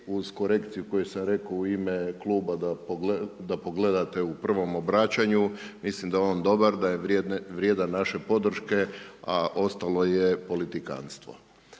uz korekciju koju sam rekao u ime Kluba da pogledate u prvom obraćanju, mislim da je on dobar, da je vrijedan naše podrške, a ostalo je politikantstvo.